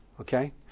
Okay